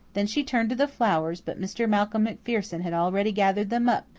then she turned to the flowers, but mr. malcolm macpherson had already gathered them up,